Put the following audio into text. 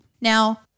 Now